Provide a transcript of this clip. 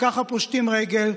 כך פושטים רגל,